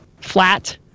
flat